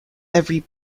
every